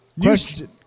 Question